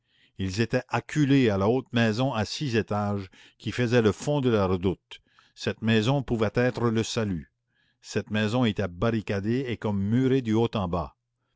ils étaient acculés à la haute maison à six étages qui faisait le fond de la redoute cette maison pouvait être le salut cette maison était barricadée et comme murée du haut en bas